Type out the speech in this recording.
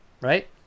Right